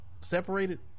separated